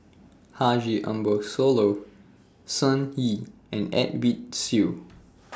Haji Ambo Sooloh Sun Yee and Edwin Siew